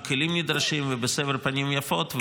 עם הכלים הנדרשים ובסבר פנים יפות,